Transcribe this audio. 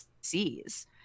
sees